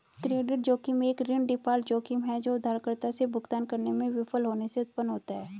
credit जोखिम एक ऋण डिफ़ॉल्ट जोखिम है जो उधारकर्ता से भुगतान करने में विफल होने से उत्पन्न होता है